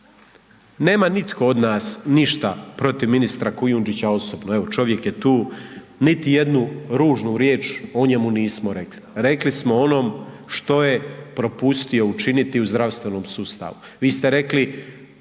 nema nitko od nas ništa protiv ministra Kujundžića osobno, evo čovjek je tu, niti jednu ružnu riječ o njemu nismo rekli, rekli smo o onom što je propustio učiniti u zdravstvenom sustavu,